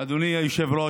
אדוני היושב-ראש,